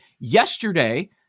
Yesterday